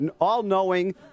all-knowing